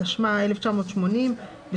התשמ"א 1980‏,